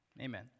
Amen